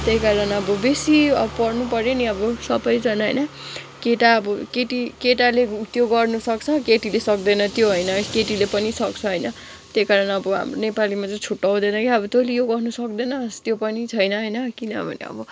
त्यही कारण अब बेसी पढ्नु पऱ्यो नि अब सबैजना होइन केटा अब केटी केटाले त्यो गर्नु सक्छ केटीले सक्दैन त्यो होइन केटीले पनि सक्छ होइन त्यही कारण अब हाम्रो नेपालीमा चाहिँ छुट्ट्याउँदैन क्या अब तैँले यो गर्नु सक्दैनस् त्यो पनि छैन होइन किनभने अब